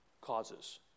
causes